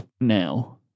now